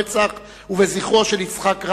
ברצח ובזכרו של יצחק רבין,